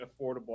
affordable